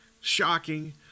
Shocking